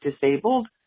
disabled